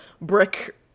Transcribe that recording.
brick